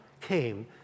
came